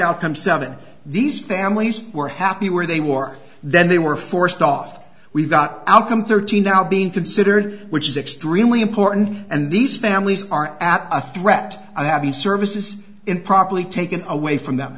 outcome seven these families were happy were they wore then they were forced off we've got outcome thirteen now being considered which is extremely important and these families are at a threat i have the services in properly taken away from them